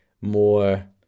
more